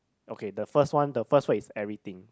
okay the first one the first one is everything